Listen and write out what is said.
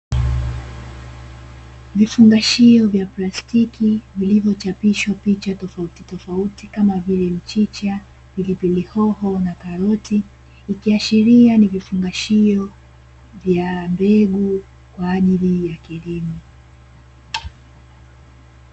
Vifungashio vya plastiki vilivyochapishwa picha tofautitofauti, kama vile: mchicha, pilipili hoho na karoti, ikiashiria ni vifungashio vya mbegu kwa ajili ya kilimo.